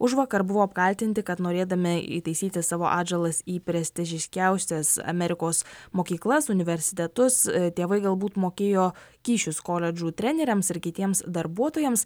užvakar buvo apkaltinti kad norėdami įtaisyti savo atžalas į prestižiškiausias amerikos mokyklas universitetus tėvai galbūt mokėjo kyšius koledžų treneriams ir kitiems darbuotojams